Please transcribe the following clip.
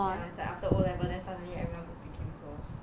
ya it's like after O level then suddenly everyone became close